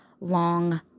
long